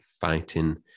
fighting